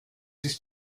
ist